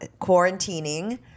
Quarantining